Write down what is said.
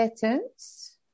patterns